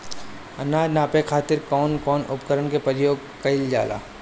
अनाज नापे खातीर कउन कउन उपकरण के प्रयोग कइल जाला?